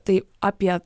tai apie